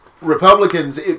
Republicans